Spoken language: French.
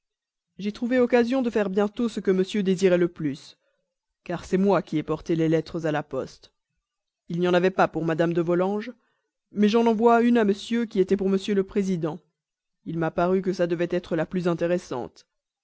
j'ai trouvé occasion de faire bientôt ce que monsieur désirait le plus car c'est moi qui ai porté les lettres à la poste il n'y en avait pas pour mme de volanges mais j'en envoie une à monsieur qui était pour m le président il m'a paru que ça devait être la plus intéressante